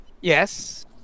yes